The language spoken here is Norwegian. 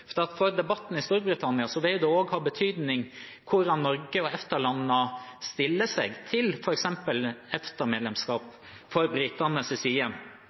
For debatten i Storbritannia vil det ha betydning hvordan Norge og EFTA-landene stiller seg til f.eks. EFTA-medlemskap fra britenes side.